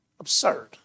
Absurd